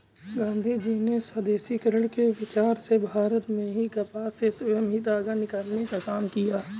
गाँधीजी ने स्वदेशीकरण के विचार से भारत में ही कपास से स्वयं ही धागा निकालने का काम किया